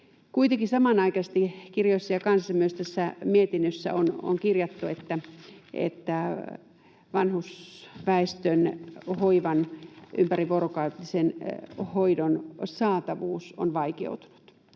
Kuitenkin samanaikaisesti kirjoissa ja kansissa, myös tässä mietinnössä on kirjattu, että vanhusväestön hoivan, ympärivuorokautisen hoidon, saatavuus on vaikeutunut.